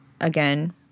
Again